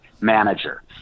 manager